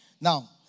Now